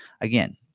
again